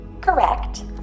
Correct